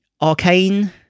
Arcane